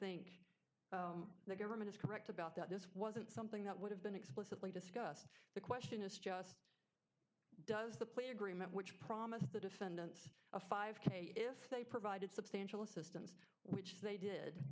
think the government is correct about that this wasn't something that would have been explicitly discussed the question is just does the plea agreement which promised the defendants a five k if they provided substantial assistance which they did